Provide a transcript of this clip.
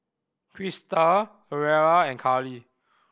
Christa Aura and Carlie